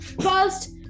first